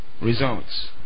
Results